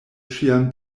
ŝian